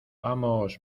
vamos